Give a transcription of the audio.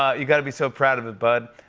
you got to be so proud of it, bud.